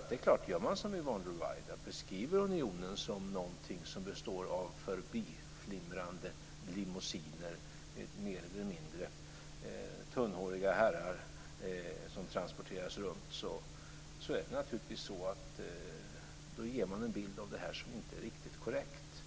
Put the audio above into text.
Det är klart, om gör man som Yvonne Ruwaida och beskriver unionen som någonting som består av förbiflimrande limousiner med mer eller mindre tunnhåriga herrar som transporteras omkring, då ger man en bild av denna som inte är riktigt korrekt.